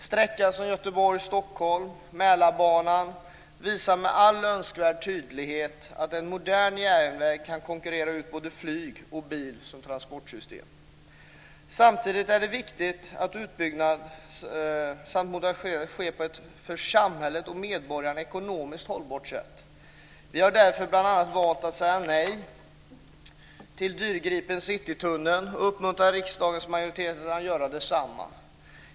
Sträckan Göteborg-Stockholm och Mälarbanan visar med all önskvärd tydlighet att en modern järnväg kan konkurrera ut både flyg och bil som transportmedel. Samtidigt är det viktigt att utbyggnad och modernisering sker på ett för samhället och medborgarna ekonomiskt hållbart sätt. Vi har därför valt att säga nej till bl.a. dyrgripen Citytunneln, och vi uppmanar riksdagens majoritet att göra detsamma.